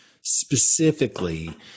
specifically